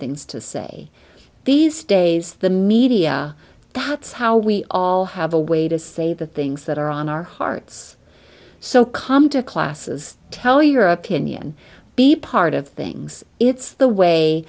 things to say these days the media that's how we all have a way to say the things that are on our hearts so come to classes tell your opinion be part of things it's the way